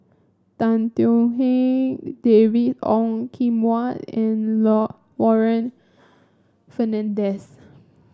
Tan Thuan Heng David Ong Kim Huat and law Warren Fernandez